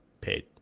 paid